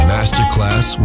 Masterclass